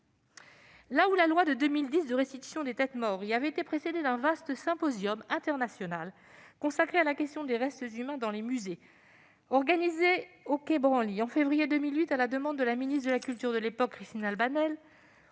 Là où la loi de 2010 de restitution des têtes maories avait été précédée d'un vaste symposium international consacré à la question des restes humains dans les musées, organisé au musée du quai Branly en février 2008 à la demande de la ministre de la culture de l'époque, Christine Albanel,